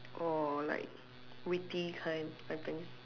or like witty kind I think